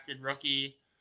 rookie